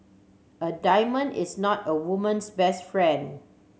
a diamond is not a woman's best friend